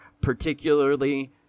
particularly